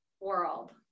world